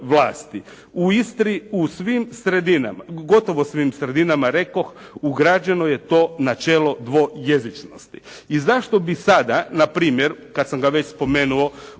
U Istri u svim sredinama, gotovo svim sredinama rekoh, ugrađeno je to načelo dvojezičnosti i zašto bi sada npr. kada sam ga već spomenuo